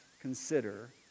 consider